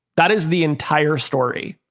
that is the entire story.